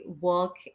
work